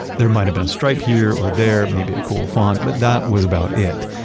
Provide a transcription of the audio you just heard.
there might of been a stripe here or there, maybe a cool font, but that was about it.